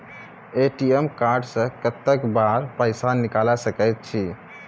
ATM card से कत्तेक बेर पैसा निकाल सके छी?